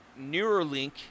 Neuralink